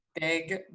big